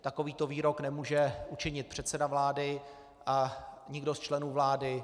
Takovýto výrok nemůže učinit předseda vlády a nikdo z členů vlády.